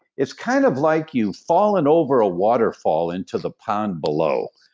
it's kind of like you've fallen over a waterfall into the pond below.